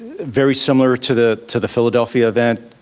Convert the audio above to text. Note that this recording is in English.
very similar to the to the philadelphia event.